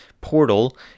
portal